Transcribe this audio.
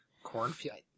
cornfield